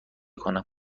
کنم